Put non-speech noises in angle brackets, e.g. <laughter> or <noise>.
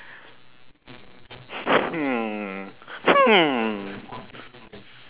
<laughs> hmm hmm